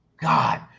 God